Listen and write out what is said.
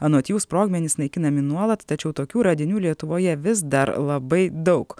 anot jų sprogmenys naikinami nuolat tačiau tokių radinių lietuvoje vis dar labai daug